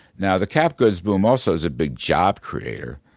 now the cap-goods boom also is a big job creator,